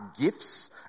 Gifts